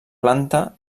planta